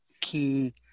key